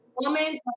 Woman